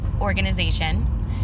organization